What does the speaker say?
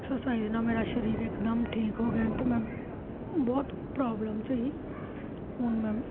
exercise ਨਾਲ ਮੇਰਾ ਸਰੀਰ ਇਕਦਮ ਠੀਕ ਹੋ ਗਿਆ ਅਤੇ ਮੈਂ ਬਹੁਤ ਪ੍ਰੋਬਲਮ 'ਚ ਸੀ ਹੁਣ ਮੈ